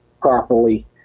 properly